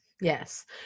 Yes